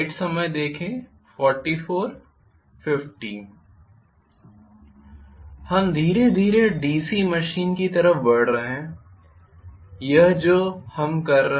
हम धीरे धीरे डीसी मशीन की तरफ बढ़ रहे हैं यह जो हम कर रहे हैं